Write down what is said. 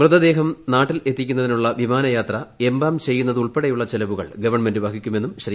മൃതദേഹം നാട്ടിൽ എത്തിക്ട്രുന്ന്തിനുള്ള വിമാനയാത്ര എംബാം ചെയ്യുന്നതുൾപ്പെടെയുള്ളൂ ഖ്ചലവുകൾ ഗവൺമെന്റ് വഹിക്കുമെന്നും ശ്രീ